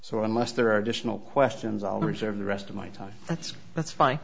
so unless there are additional questions i'll reserve the rest of my time that's that's fine